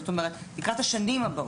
כלומר לקראת השנים הבאות.